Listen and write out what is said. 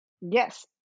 Yes